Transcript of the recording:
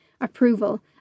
approval